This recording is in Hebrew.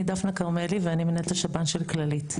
אני דפנה כרמלי ואני מנהלת את השב"ן של כללית.